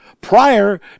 prior